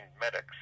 medics